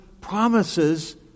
promises